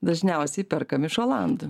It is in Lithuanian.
dažniausiai perkam iš olandų